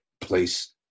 place